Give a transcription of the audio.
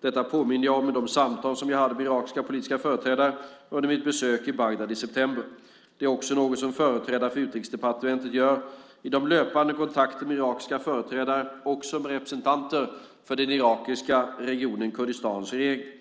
Detta påminde jag om i de samtal som jag hade med irakiska politiska företrädare under mitt besök i Bagdad i september. Det är också något som företrädare för Utrikesdepartementet gör i de löpande kontakterna med irakiska företrädare, också med representanter för den irakiska regionen Kurdistans regering.